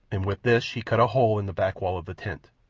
and with this she cut a hole in the back wall of the tent.